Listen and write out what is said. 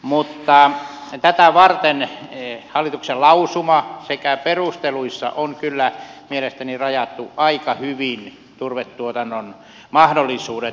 mutta tätä varten hallituksen lausumassa sekä perusteluissa on kyllä mielestäni rajattu aika hyvin turvetuotannon mahdollisuudet